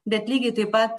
bet lygiai taip pat